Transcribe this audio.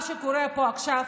מה שקורה פה עכשיו